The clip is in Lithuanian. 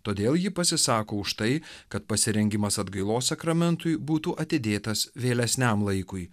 todėl ji pasisako už tai kad pasirengimas atgailos sakramentui būtų atidėtas vėlesniam laikui